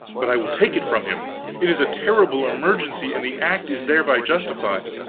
but i will take it from him it is a terrible emergency and the act is thereby justified.